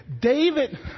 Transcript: David